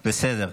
בסדר.